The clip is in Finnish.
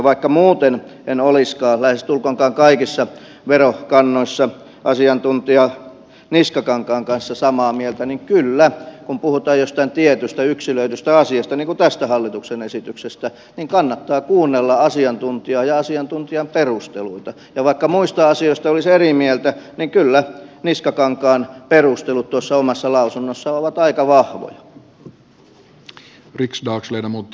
vaikka muuten en olisikaan lähestulkoonkaan kaikissa verokannoissa asiantuntija niskakankaan kanssa samaa mieltä niin kyllä kun puhutaan jostain tietystä yksilöidystä asiasta niin kuin tästä hallituksen esityksestä kannattaa kuunnella asiantuntijaa ja asiantuntijan perusteluita ja vaikka muista asioista olisi eri mieltä niin kyllä niskakankaan perustelut tuossa omassa lausunnossa ovat aika vahvoja